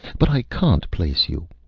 but i cahn't place you.